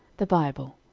the bible,